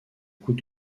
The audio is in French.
coup